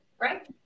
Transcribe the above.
Right